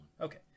Okay